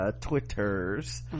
Twitters